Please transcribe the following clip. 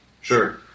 Sure